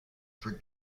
for